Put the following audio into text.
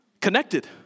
Connected